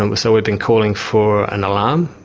um so we've been calling for an alarm.